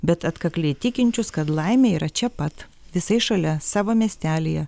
bet atkakliai tikinčius kad laimė yra čia pat visai šalia savo miestelyje